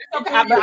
okay